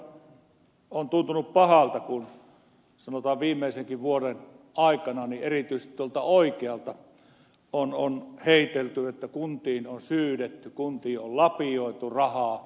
minusta on tuntunut pahalta kun sanotaan viimeisenkin vuoden aikana erityisesti tuolta oikealta on heitelty että kuntiin on syydetty kuntiin on lapioitu rahaa